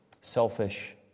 selfish